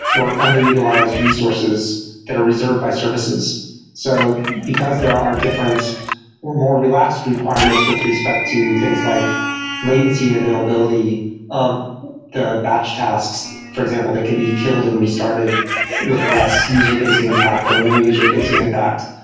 or underutilized resources that are reserved by services so because there are different or more relaxed requirements with respect to things like latency and availability of the batch tasks, for example they can be killed and restarted with less user-facing impact, or no user-facing impact.